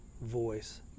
voice